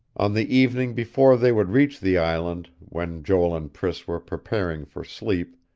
on the evening before they would reach the island, when joel and priss were preparing for sleep,